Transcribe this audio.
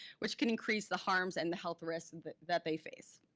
which can increase the harms and the health risks and that that they face.